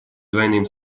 двойным